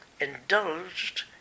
indulged